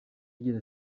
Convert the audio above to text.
agira